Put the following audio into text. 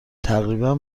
تقریبا